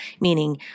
Meaning